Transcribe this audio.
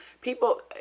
people